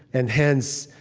and hence,